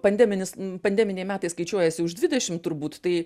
pandeminis pandeminiai metai skaičiuojasi už dvidešim turbūt tai